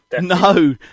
no